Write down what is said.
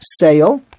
Sale